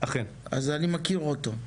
אני מכיר אותו.